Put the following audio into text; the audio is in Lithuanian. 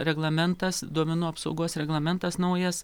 reglamentas duomenų apsaugos reglamentas naujas